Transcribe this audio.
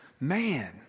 man